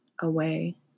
away